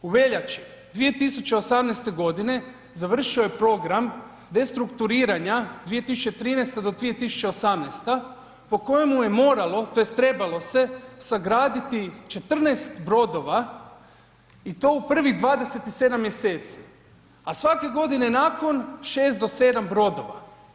U veljači 2018. g. završio je program restrukturiranja 2013.-2018. po kojemu je moralo tj. trebalo se sagraditi 14 brodova i to u prvih 27 mjeseci, a svake godine nakon 6 do 7 brodova.